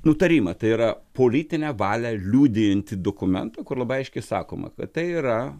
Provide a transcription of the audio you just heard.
nutarimą tai yra politinę valią liudijantį dokumentą kur labai aiškiai sakoma kad tai yra